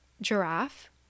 giraffe